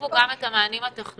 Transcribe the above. תרחיבו גם את המענים הטכנולוגיים,